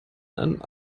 ein